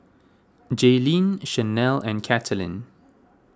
Jayleen Chanelle and Katelynn